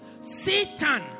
Satan